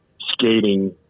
skating